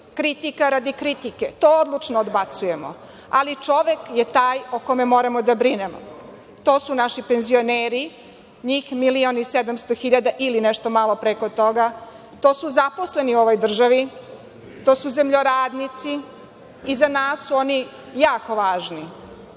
kritika radi kritike, to odlučno odbacujemo, ali čovek je taj o kome moramo da brinemo. To su naši penzioneri, njih 1.700.000 ili nešto malo preko toga. To su zaposleni u našoj državi. To su zemljoradnici. Za nas su oni jako važni.O